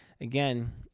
Again